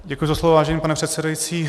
Děkuji za slovo vážený pane předsedající.